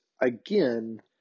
again